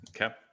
Okay